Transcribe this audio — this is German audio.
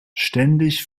ständig